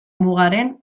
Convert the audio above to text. mugaren